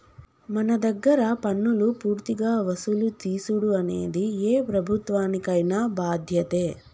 మన దగ్గర పన్నులు పూర్తిగా వసులు తీసుడు అనేది ఏ ప్రభుత్వానికైన బాధ్యతే